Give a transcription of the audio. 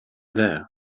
there